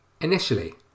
Initially